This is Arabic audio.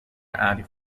أعرف